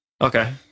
Okay